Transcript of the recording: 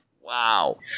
Wow